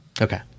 okay